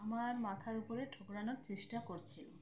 আমার মাথার উপরে ঠোকরানোর চেষ্টা করছে